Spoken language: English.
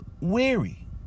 weary